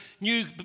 new